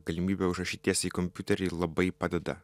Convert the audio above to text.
galimybė užrašyt tiesiai į kompiuterį labai padeda